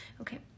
Okay